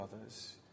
others